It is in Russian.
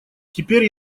теперь